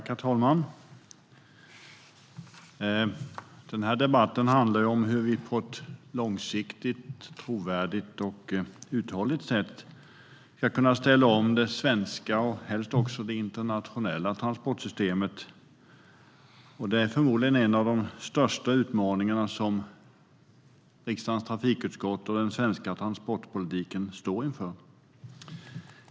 Herr talman! Den här debatten handlar om hur vi på ett långsiktigt, värdigt och uthålligt sätt ska kunna ställa om det svenska och helst också det internationella transportsystemet. Det är förmodligen en av de största utmaningar som riksdagens trafikutskott och den svenska transportpolitiken står inför.